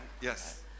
Yes